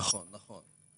נכון, נכון.